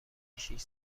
شیش